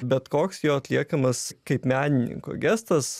bet koks jo atliekamas kaip menininko gestas